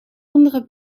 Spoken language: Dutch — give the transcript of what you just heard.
andere